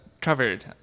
covered